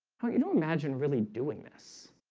oh, you don't imagine really doing this